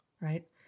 right